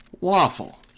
waffle